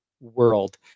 world